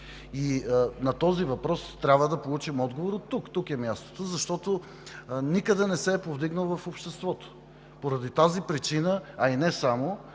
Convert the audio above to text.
На този въпрос трябва да получим отговор оттук – тук е мястото, защото той никъде не се е повдигнал в обществото. Поради тази причина, а и не само,